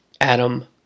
Adam